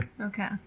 Okay